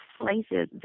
places